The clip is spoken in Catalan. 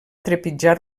trepitjar